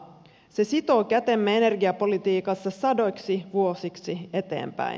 se sitoo kätemme energiapolitiikassa sadoiksi vuosiksi eteenpäin